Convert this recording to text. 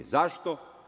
Zašto?